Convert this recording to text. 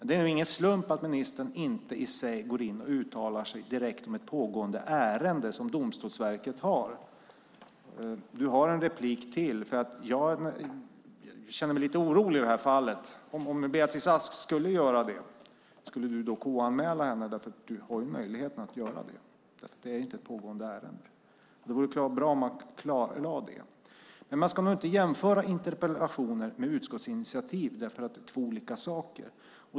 Det är ingen slump att ministern inte uttalar sig om ett pågående ärende som Domstolsverket har. Lena Olsson har en replik till, och jag undrar lite oroligt: Om Beatrice Ask uttalade sig skulle du då KU-anmäla henne eftersom du har möjlighet att göra det? Det vore bra att klarlägga det. Man ska dock inte jämföra interpellationer med utskottsinitiativ, för det är två olika saker.